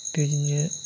बेबायदिनो